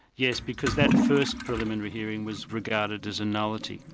yes, because that first preliminary hearing was regarded as a nullity.